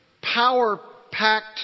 power-packed